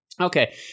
Okay